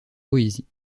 poésie